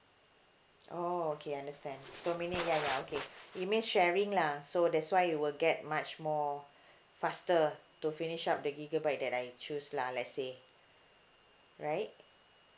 oh okay understand so meaning ya ya okay it means sharing lah so that's why you will get much more faster to finish up the gigabyte that I choose lah let's say right